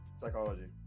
Psychology